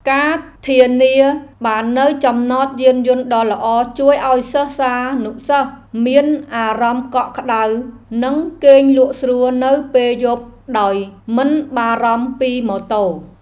ការធានាបាននូវចំណតយានយន្តដ៏ល្អជួយឱ្យសិស្សានុសិស្សមានអារម្មណ៍កក់ក្តៅនិងគេងលក់ស្រួលនៅពេលយប់ដោយមិនបារម្ភពីម៉ូតូ។